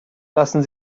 lassen